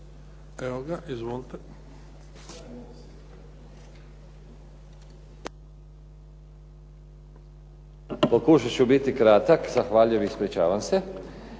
Ivan (SDP)** Pokušat ću biti kratak. Zahvaljujem. Ispričavam se.